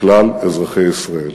כלל אזרחי ישראל.